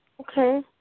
Okay